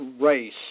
race